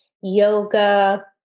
yoga